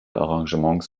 arrangements